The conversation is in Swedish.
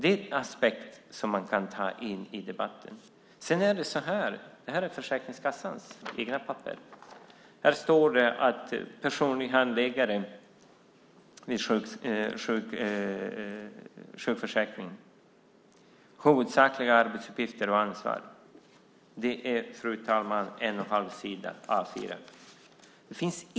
Det är en aspekt man kan ta in i debatten. I Försäkringskassans egna papper står en och en halv A 4-sida om huvudsakliga arbetsuppgifter och ansvar för personliga handläggare vid sjukskrivning.